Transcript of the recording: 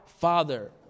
Father